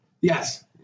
Yes